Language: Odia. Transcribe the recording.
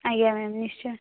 ଆଜ୍ଞା ମ୍ୟାମ୍ ନିଶ୍ଚୟ